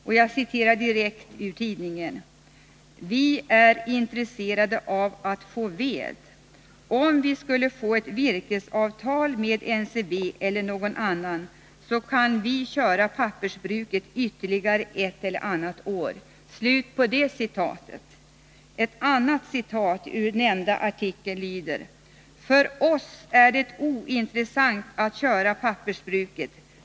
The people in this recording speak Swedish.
Han säger enligt tidningen att ”vi är intresserade av att få ved. Om vi skulle få ett virkesavtal med NCB eller någon annan, så kan vi köra pappersbruket ytterligare ett eller annat år.” Ett annat citat ur nämnda artikel: ”För oss är det ointressant att köra pappersbruket.